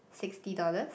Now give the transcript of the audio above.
sixty dollars